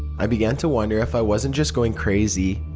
i began to wonder if i wasn't just going crazy.